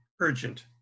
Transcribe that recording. urgent